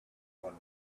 one